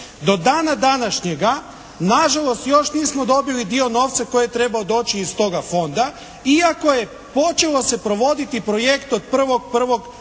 Do dana današnjega na žalost još nismo dobili dio novca koji je trebao doći iz toga fonda iako je počelo se provoditi projekt od 1.1.